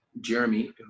Jeremy